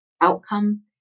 outcome